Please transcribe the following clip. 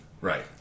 Right